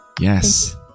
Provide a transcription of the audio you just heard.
Yes